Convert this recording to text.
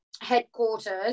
headquarters